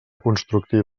constructiva